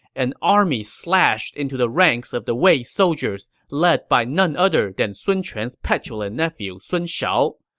an army slashed into the ranks of the wei soldiers, led by none other than sun quan's petulant nephew sun shao.